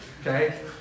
okay